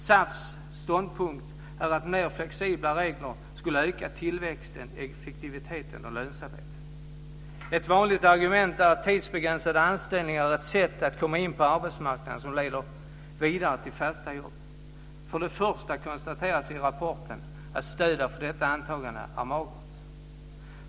SAF:s ståndpunkt är att mer flexibla regler skulle öka tillväxten, effektiviteten och lönsamheten. Ett vanligt argument är att tidsbegränsade anställningar är ett sätt att komma in på arbetsmarknaden som leder vidare till fasta jobb. För det första konstateras i rapporten att stödet för detta antagande är magert.